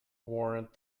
warrant